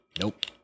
Nope